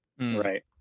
Right